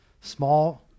small